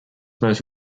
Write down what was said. most